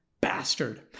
bastard